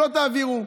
לא תעבירו,